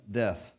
death